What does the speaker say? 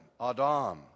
Adam